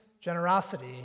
generosity